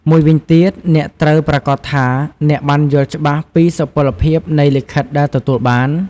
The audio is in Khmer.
មួយវិញទៀតអ្នកត្រូវប្រាកដថាអ្នកបានយល់ច្បាស់ពីសុពលភាពនៃលិខិតដែលទទួលបាន។